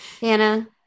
Hannah